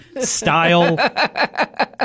style